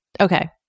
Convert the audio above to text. Okay